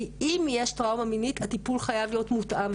אם יש טראומה מינית, הטיפול חייב להיות מותאם.